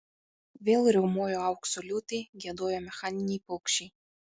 vėl riaumojo aukso liūtai giedojo mechaniniai paukščiai